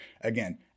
again